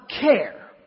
care